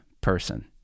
person